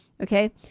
Okay